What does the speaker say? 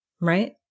right